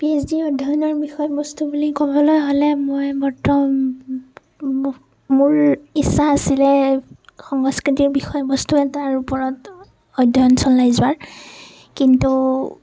P H D অধ্যয়নৰ বিষয়বস্তু বুলি ক'বলৈ হ'লে মই মোৰ ইচ্ছা আছিলে সংস্কৃতিৰ বিষয়বস্তু এটাৰ ওপৰত অধ্যয়ন চলাই যোৱাৰ কিন্তু